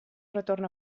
retorn